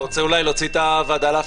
הרביזיה?